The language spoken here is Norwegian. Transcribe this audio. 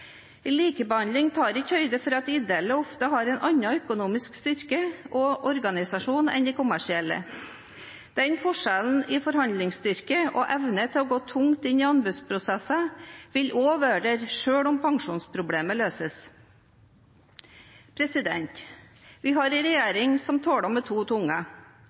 Likebehandling tar ikke høyde for at ideelle ofte har en annen økonomisk styrke og organisasjon enn de kommersielle. Den forskjellen i forhandlingsstyrke og evne til å gå tungt inn i anbudsprosesser vil også være der selv om pensjonsproblemet løses. Vi har en regjering som taler med to